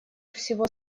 всего